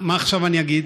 מה עכשיו אגיד?